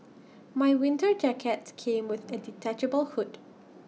my winter jacket came with A detachable hood